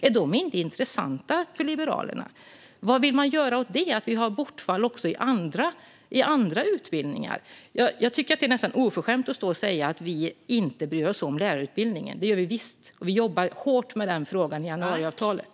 Är de inte intressanta för Liberalerna? Vad vill man göra åt att det finns ett bortfall också i andra utbildningar? Jag tycker nästan att det är oförskämt att säga att vi inte bryr oss om lärarutbildningen. Det gör vi visst. Vi jobbar hårt med denna fråga inom januariavtalet.